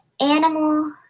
animal